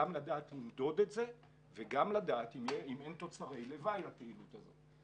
גם לדעת למדוד את זה וגם לדעת אם אין תוצרי לוואי לפעילות הזו.